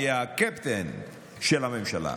אני הקפטן של הממשלה.